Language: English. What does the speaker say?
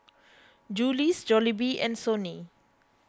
Julie's Jollibee and Sony